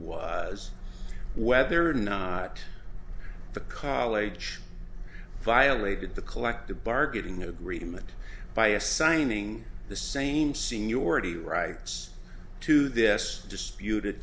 was whether or not the college violated the collective bargaining agreement by assigning the same seniority rights to this disputed